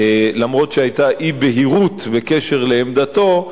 למרות שהיתה אי-בהירות בקשר לעמדתו,